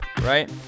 right